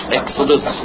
exodus